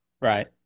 Right